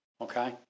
okay